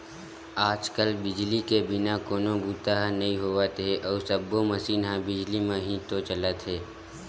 आज कल बिजली के बिना कोनो बूता ह नइ होवत हे अउ सब्बो मसीन ह बिजली म ही तो चलत हे